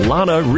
Lana